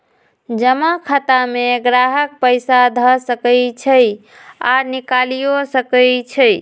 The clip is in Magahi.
जमा खता में गाहक पइसा ध सकइ छइ आऽ निकालियो सकइ छै